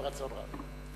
ברצון רב.